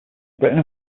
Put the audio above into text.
britain